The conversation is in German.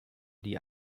die